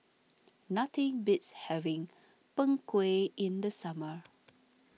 nothing beats having Png Kueh in the summer